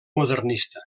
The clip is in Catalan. modernista